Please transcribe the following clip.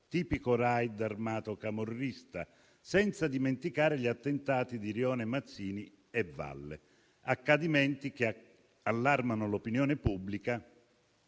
tipico raid armato camorrista; senza dimenticare gli attentati di Rione Mazzini e Valle, accadimenti che allarmano l'opinione pubblica